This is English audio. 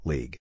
League